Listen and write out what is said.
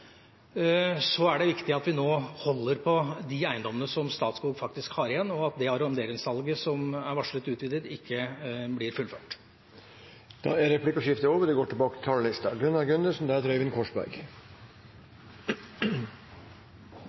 så viktig fornybar ressurs, er det viktig at vi nå holder på de eiendommene som Statskog faktisk har igjen, og at det arronderingssalget som er varslet utvidet, ikke blir fullført. Replikkordskiftet er over. Arbeid, aktivitet og omstilling er overskriften for årets statsbudsjett. Det